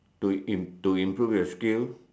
to improve to improve your skill